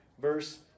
verse